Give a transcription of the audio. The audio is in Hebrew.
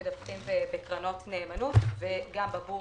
מדווחים בקרנות נאמנות וגם בבורסה,